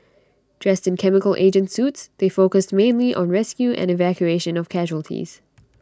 dressed in chemical agent suits they focused mainly on rescue and evacuation of casualties